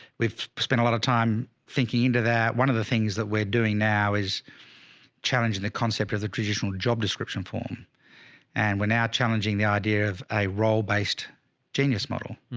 we've spent a lot of time thinking into that. one of the things that we're doing now is challenging the concept of the traditional job description form and we're now challenging the idea of a role-based genius model.